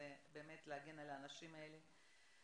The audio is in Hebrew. זה באמת להגן על האנשים האלה.